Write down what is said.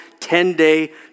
10-day